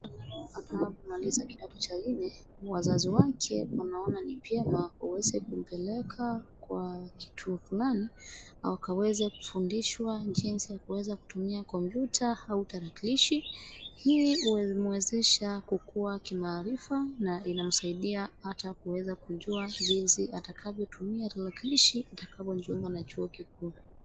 Anapomaliza kidato cha nne, wazazi wake wanaona ni vyema waweze kumpeleka kwa kituo fulani wakaweze kufundishwa jinsi ya kuweza kutumia kompyuta au tarakilishi. Hii humwezesha kukuwa kimaarifa na inamsaidia hata kuweza kujua jinsi atakavyotumia tarakilishi atakapojiunga na chuo kikuu.